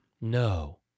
No